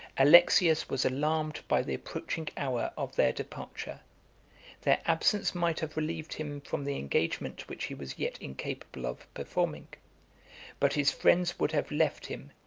alexius was alarmed by the approaching hour of their departure their absence might have relieved him from the engagement which he was yet incapable of performing but his friends would have left him,